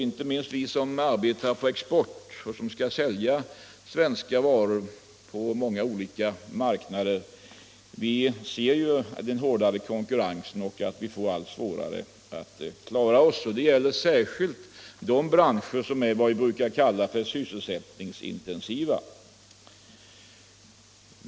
Inte minst vi som arbetar på export och som skall sälja svenska varor på många olika marknader ser den hårdnande konkurrensen och att vi får allt svårare att klara oss. Det gäller särskilt de branscher som är vad vi brukar kalla sysselsättningsintensiva.